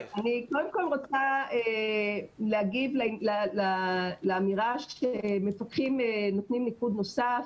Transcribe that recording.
קודם כל רוצה להגיד לאמירה שמפקחים נותנים ניקוד נוסף.